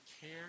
care